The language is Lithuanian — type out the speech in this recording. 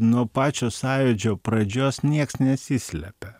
nuo pačios sąjūdžio pradžios nieks nesislėpė